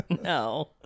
No